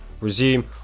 resume